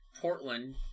portland